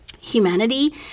humanity